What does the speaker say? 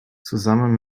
zusammen